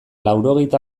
laurogeita